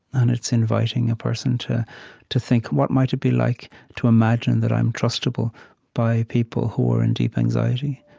and it's inviting a person to to think, what might it be like to imagine that i'm trustable by people who are in deep anxiety?